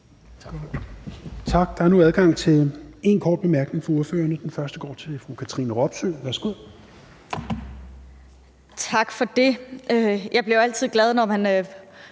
Tak. Der er nu adgang til én kort bemærkning fra ordførerne. Den første går til fru Katrine Robsøe. Værsgo. Kl. 20:31 Katrine Robsøe (RV): Tak for det.